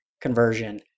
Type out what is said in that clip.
conversion